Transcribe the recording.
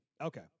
Okay